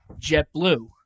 JetBlue